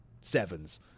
sevens